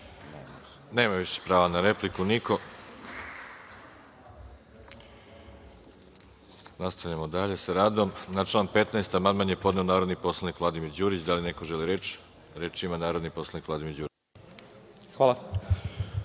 Nema više prvo na repliku niko. Nastavljamo dalje sa radom. Na član 15. amandman je podneo narodni poslanik Vladimir Đurić. Da li neko želi reč? (Da)Reč ima narodni poslanik Vladimir Đurić. Izvolite.